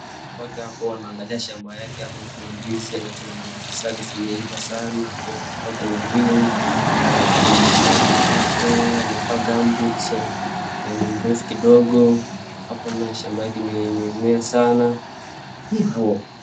Wake hapo anaangalia shamba yake hapo ndio kuna ndizi anachuna mandizi zake zimeiva sana kwake ni green anachuna ndizi yake hapo amevaa gumboots ni mrefu kidogo hapo naye shamba yake imemea sana hivo.